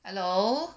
hello